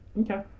Okay